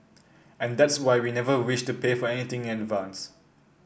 and that's why we never wished to pay for anything in advance